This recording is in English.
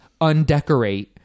undecorate